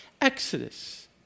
exodus